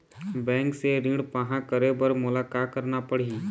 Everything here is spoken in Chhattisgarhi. बैंक से ऋण पाहां करे बर मोला का करना पड़ही?